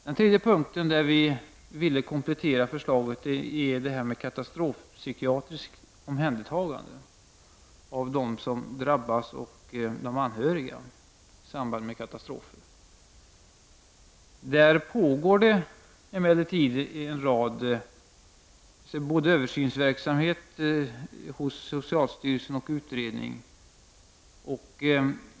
Den tredje punkten där vi ville komplettera förslaget gäller katastrofpsykiatriskt omhändertagande av dem som drabbas och av de anhöriga i samband med katastrofen. Där pågår det både översynsverksamhet hos socialstyrelsen och en utredning.